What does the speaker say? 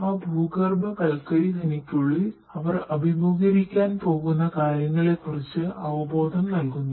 ആ ഭൂഗർഭ കൽക്കരി ഖനിക്കുള്ളിൽ അവർ അഭിമുഖീകരിക്കാൻ പോകുന്ന കാര്യങ്ങളെക്കുറിച്ച് അവബോധം നൽകുന്നു